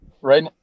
Right